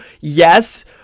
yes